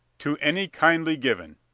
to any kindly given.